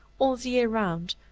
all the year round,